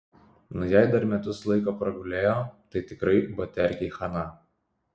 nu jei dar metus laiko pragulėjo tai tikrai baterkei chana